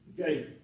Okay